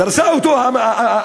דרסה אותו הניידת,